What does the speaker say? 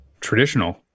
traditional